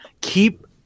Keep